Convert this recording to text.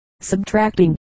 subtracting